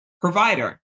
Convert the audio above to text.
provider